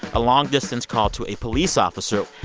a long-distance call to a police officer.